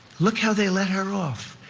look how they let her off.